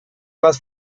más